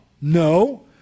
No